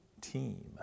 team